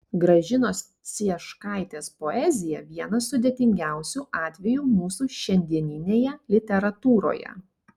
gražinos cieškaitės poezija vienas sudėtingiausių atvejų mūsų šiandieninėje literatūroje